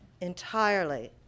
entirely